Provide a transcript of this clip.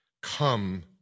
come